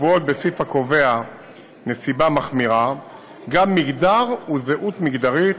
הקבועות בסעיף הקובע נסיבה מחמירה גם "מגדר" ו"זהות מגדרית",